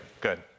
Good